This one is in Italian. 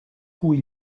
cui